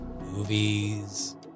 movies